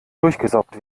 durchgesaugt